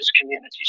communities